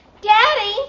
Daddy